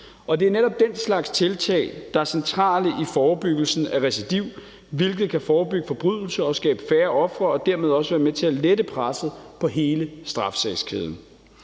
det er netop den slags tiltag, der er centrale i forebyggelsen af recidiv, hvilket kan forebygge forbrydelser, skabe færre ofre og dermed også være med til at lette presset på hele straffesagskæden.